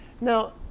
Now